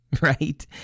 right